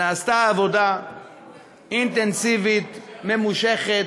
נעשתה עבודה אינטנסיבית, ממושכת,